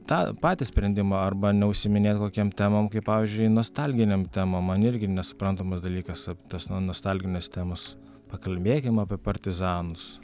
tą patį sprendimą arba neužsiiminėt kokiem temom kaip pavyzdžiui nostalginėm temom man irgi nesuprantamas dalykas tos no nostalginės temos pakalbėkim apie partizanus